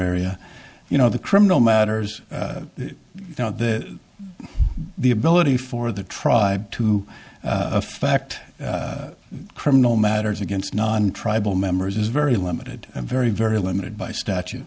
area you know the criminal matters now the the ability for the tribe to affect criminal matters against non tribal members is very limited and very very limited by statu